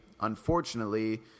unfortunately